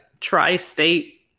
tri-state